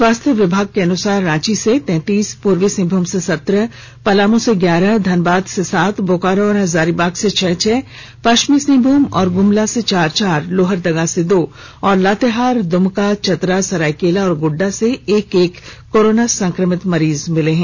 स्वास्थ्य विभाग के अनुसार रांची से तैतीस पूर्वी सिंहभूम से सत्रह पलामू से ग्यारह धनबाद से सात बोकारो और हजारीबाग से छह छह पश्चिमी सिंहभूम और गूमला से चार चार लोहरदगा से दो और लातेहार दुमका चतरा सरायकेला और गोड्डा से एक एक कोरोना संक्रमित मरीज मिले हैं